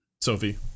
Sophie